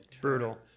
Brutal